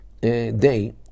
day